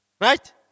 Right